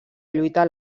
lluita